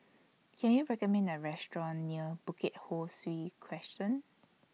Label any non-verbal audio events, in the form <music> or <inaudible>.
<noise> Can YOU recommend A Restaurant near Bukit Ho Swee Crescent